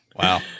Wow